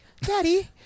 daddy